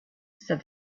said